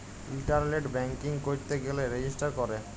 ইলটারলেট banking ক্যইরতে গ্যালে register ক্যরে